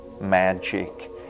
magic